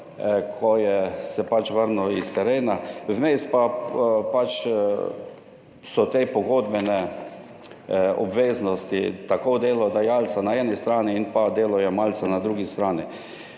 ko se je vrnil s terena, vmes pa so pač te pogodbene obveznosti, tako delodajalca na eni strani in pa delojemalca na drugi strani.